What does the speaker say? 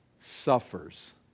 suffers